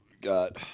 Got